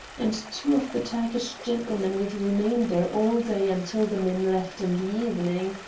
and two of the turkish gentlemen would remain there all day until the men left in the evening.